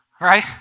right